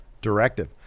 directive